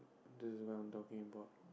this is what I'm talking about